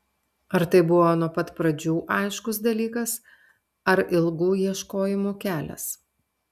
ar tai buvo nuo pat pradžių aiškus dalykas ar ilgų ieškojimų kelias